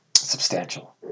substantial